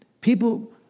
People